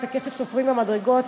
את הכסף סופרים במדרגות,